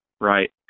right